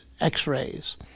x-rays